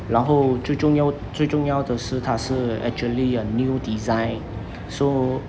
然后最重要最重要的是它是 actually a new design so